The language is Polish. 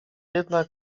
jednak